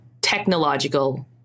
technological